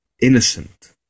innocent